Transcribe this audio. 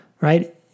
right